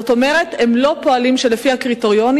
כלומר הם לא פועלים לפי הקריטריונים